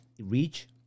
reach